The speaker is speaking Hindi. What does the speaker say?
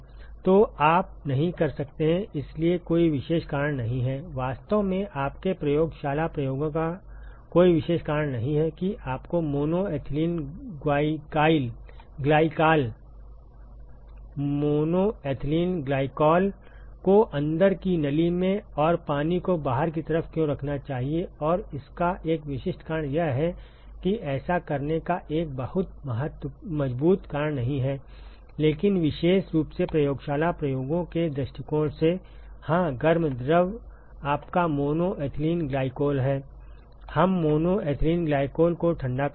तो आप नहीं कर सकतेइसलिए कोई विशेष कारण नहीं है वास्तव में आपके प्रयोगशाला प्रयोगों का कोई विशेष कारण नहीं है कि आपको मोनो एथिलीन ग्लाइकॉल को अंदर की नली में और पानी को बाहर की तरफ क्यों रखना चाहिएऔर इसका एक विशिष्ट कारण यह है कि ऐसा करने का एक बहुत मजबूत कारण नहीं है लेकिन विशेष रूप से प्रयोगशाला प्रयोगों के दृष्टिकोण से हाँ गर्म द्रव आपका मोनो एथिलीन ग्लाइकोल है हम मोनो एथिलीन ग्लाइकोल को ठंडा कर रहे हैं